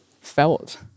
felt